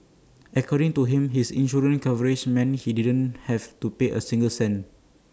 according to him his insurance coverage meant he didn't have to pay A single cent